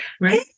Right